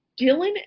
dylan